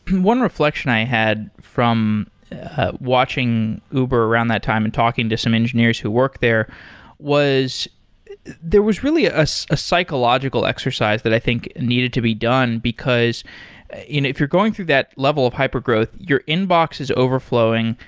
one reflection i had from watching uber around that time and talking to some engineers who work there was there was really a so ah psychological exercise that i think needed to be done because if you're going through that level of hypergrowth, your inbox is overflowing.